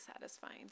satisfying